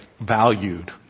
valued